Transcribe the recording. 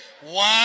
One